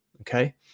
okay